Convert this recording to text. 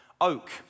oak